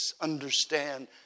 understand